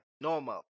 normal